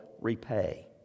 repay